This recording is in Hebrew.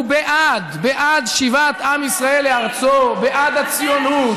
הוא בעד, בעד שיבת עם ישראל לארצו, בעד הציונות,